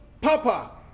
Papa